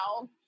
now